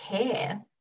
care